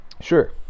Sure